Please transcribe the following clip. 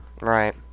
Right